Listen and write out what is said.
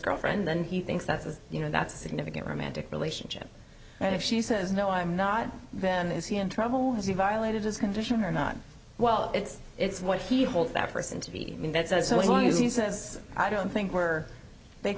girlfriend then he thinks that's a you know that's a significant romantic relationship and if she says no i'm not then is he in trouble has he violated his condition or not well it's it's what he holds that person to be and that's what he says i don't think were they